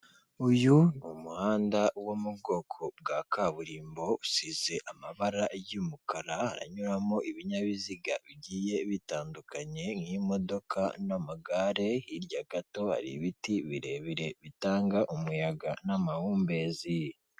Uyu ni umuhanda wo mu bwoko bwa kaburimbo, usize amabara y'umukara, haranyuramo ibinyabiziga bigiye bitandukanye, nk'imodoka n'amagare, hirya gato hari ibiti birebire, bitanga umuyaga n'amahumbezi.